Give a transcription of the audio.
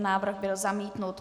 Návrh byl zamítnut.